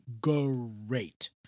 Great